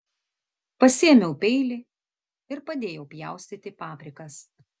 pasiėmiau peilį ir padėjau pjaustyti paprikas